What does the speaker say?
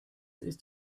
ist